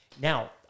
Now